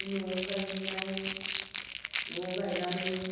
न'आव गायनाय न'आव गायनानै